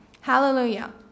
Hallelujah